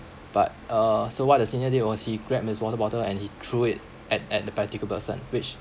but uh so what the senior did was he grabbed his water bottle and he threw it at at the particular person which